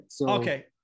Okay